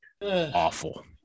Awful